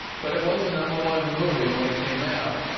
but it was the number one movie when it came out,